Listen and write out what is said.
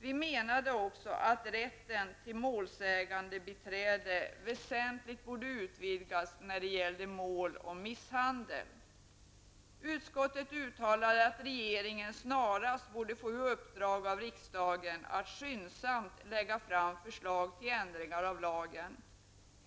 Vi menade också att rätten till målsägandebiträde väsentligt borde utvidgas när det gäller mål om misshandel. Utskottet uttalade att regeringen snarast borde få i uppdrag av riksdagen att skyndsamt lägga fram förslag till ändringar av lagen.